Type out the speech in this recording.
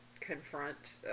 confront